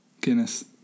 Guinness